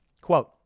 Quote